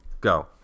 Go